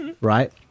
right